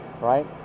right